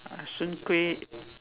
ah soon-kueh